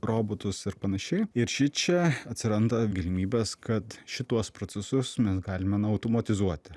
robotus ir panašiai ir šičia atsiranda galimybės kad šituos procesus mes galime na automatizuoti